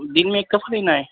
دن میں کب لینا ہے